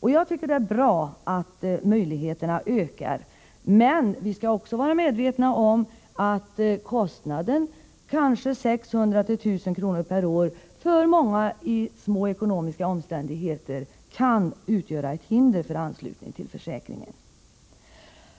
Det är alltså bra att dessa möjligheter ökar. Men vi skall också vara medvetna om att kostnaden för försäkringen, kanske 600-1 000 kr. per år, för många i små ekonomiska omständigheter kan utgöra ett hinder för anslutning till försäkringen.